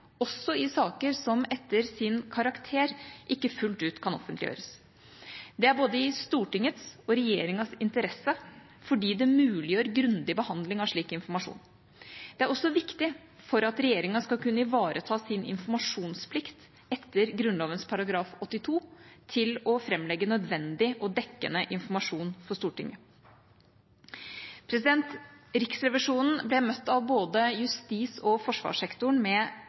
også i saker som etter sin karakter ikke fullt ut kan offentliggjøres. Det er i både Stortingets og regjeringas interesse, fordi det muliggjør grundig behandling av slik informasjon. Det er også viktig for at regjeringa skal kunne ivareta sin informasjonsplikt etter Grunnloven § 82 til å framlegge nødvendig og dekkende informasjon for Stortinget. Riksrevisjonen ble møtt av både justis- og forsvarssektoren med